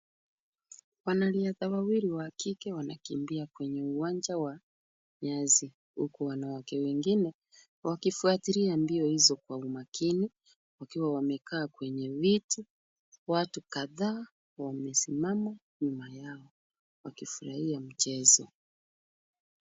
Wanariadha wawili wa kike, wanakimbia kwenye uwanja wa vianzi, huku wanawake wengine wakifuatilia mbio hizo kwa umakini, wakiwa wamekaa kwenye viti. Watu kadhaa wamesimama nyuma yao, wakifurahia mchezo.